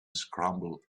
scrambled